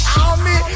army